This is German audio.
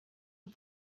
und